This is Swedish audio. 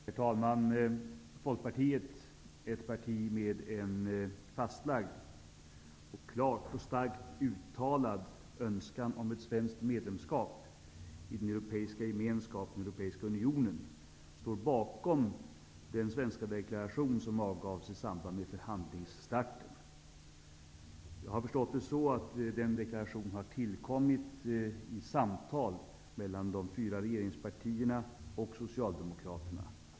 Herr talman! Folkpartiet är ett parti med en fastlagd och klart och starkt uttalad önskan om ett svenskt medlemskap i den europeiska gemenskapen och i den europeiska unionen. Vi står bakom den svenska deklaration som avgavs i samband med förhandlingsstarten. Jag har förstått att den deklarationen har tillkommit i samtal mellan de fyra regeringspartierna och Socialdemokraterna.